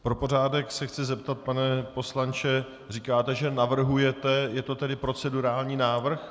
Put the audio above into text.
Pro pořádek se chci zeptat, pane poslanče říkáte, že navrhujete, je to tedy procedurální návrh?